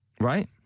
right